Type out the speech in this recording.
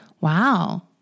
Wow